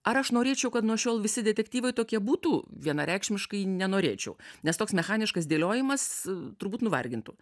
ar aš norėčiau kad nuo šiol visi detektyvai tokie būtų vienareikšmiškai nenorėčiau nes toks mechaniškas dėliojimas turbūt nuvargintų